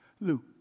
Luke